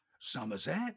Somerset